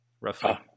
roughly